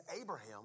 Abraham